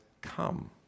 come